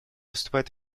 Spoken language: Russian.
вступает